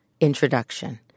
introduction